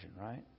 right